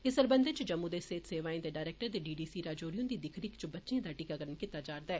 इस सरबंधै च जम्मू दे सेहत सेवाएं दे डायरेक्टर ते डी डी सी राजौरी हुन्दी दिक्ख रिक्ख च बच्चें दा टीकाकरण कीता जारदा ऐ